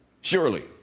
surely